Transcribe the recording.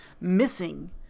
missing